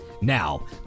Now